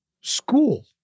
school